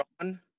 John